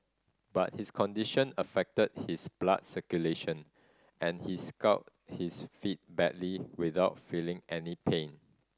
but his condition affected his blood circulation and he scalded his feet badly without feeling any pain